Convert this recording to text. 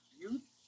youth